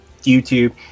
YouTube